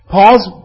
Paul's